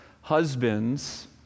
Husbands